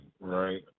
right